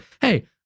Hey